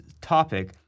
topic